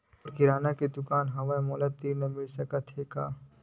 मोर किराना के दुकान हवय का मोला ऋण मिल सकथे का?